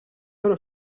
però